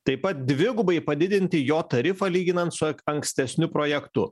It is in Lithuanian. taip pat dvigubai padidinti jo tarifą lyginant su ankstesniu projektu